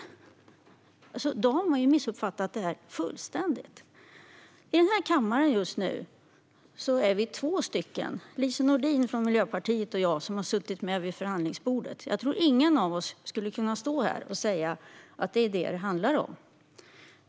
Då har man missuppfattat detta fullständigt. I denna kammare är vi just nu två personer - Lise Nordin från Miljöpartiet och jag själv - som har suttit med vid förhandlingsbordet. Jag tror inte att någon av oss skulle kunna stå här och säga att det är detta som det handlar om.